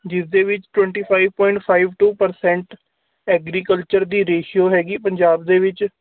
ਜਿਸ ਦੇ ਵਿੱਚ twenty five point five two percent agriculture ਦੀ ਰੇਸ਼ੋ ਹੈਗੀ ਪੰਜਾਬ ਦੇ ਵਿੱਚ